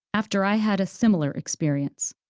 after i had a similar experience.